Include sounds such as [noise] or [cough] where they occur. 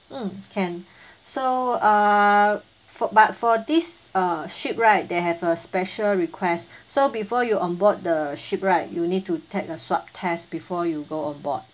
mm can [breath] so uh for but for this uh ship right they have a special request so before you on board the ship right you need to take a swab test before you go on board